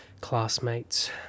classmates